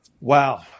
Wow